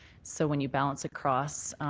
so when you balance across,